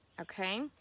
Okay